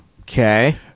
okay